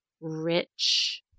rich